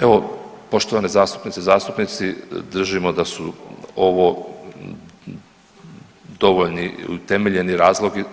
Evo, poštovane zastupnice i zastupnici držimo da su ovo dovoljni, utemeljeni